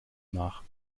nach